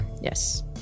yes